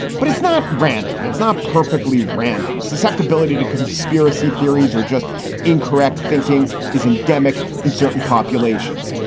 but it's not random. it's not perfectly random. susceptibility to conspiracy theories are just incorrect. thinking is endemic in certain populations.